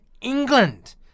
England